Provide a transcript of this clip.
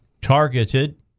targeted